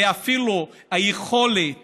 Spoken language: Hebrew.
ואפילו היכולת